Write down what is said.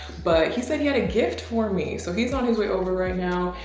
but he said he had a gift for me. so he's on his way over right now.